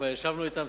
כבר ישבנו אתם,